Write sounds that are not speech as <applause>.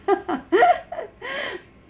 <laughs>